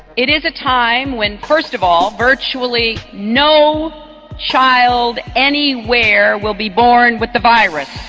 it is a time when, first of all, virtually no child anywhere will be born with the virus.